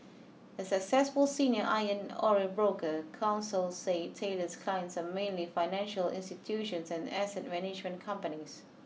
a successful senior iron ore broker counsel say Taylor's clients are mainly financial institutions and asset management companies